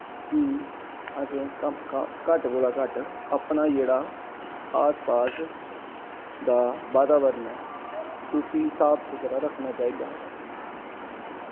कि असें घट्ट कोला दा घट्ट अपने जेह्ड़ा आस्सै पास्सै दा बाताबरन उस्सी साफ सुथरा रक्खना चाहिदा